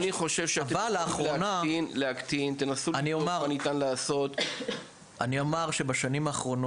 אני חושב שתנסו לבדוק מה אפשר לעשות כדי להתחיל